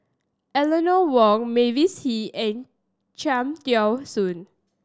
Eleanor Wong Mavis Hee and Cham Tao Soon